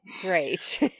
Great